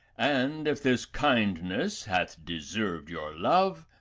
and if this kindness hath deserved your love,